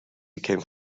became